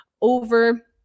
over